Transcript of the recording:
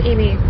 Amy